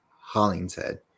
Hollingshead